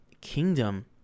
kingdom